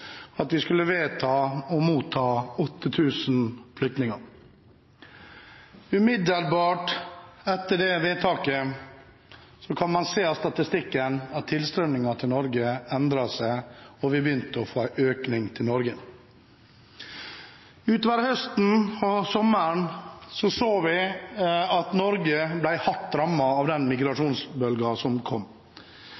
at vi skulle motta 8 000 flyktninger. Umiddelbart etter det vedtaket kan man se av statistikken at tilstrømningen til Norge endret seg, og vi begynte å få en økning til Norge. Utover sommeren og høsten så vi at Norge ble hardt rammet av den